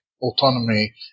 autonomy